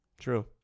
True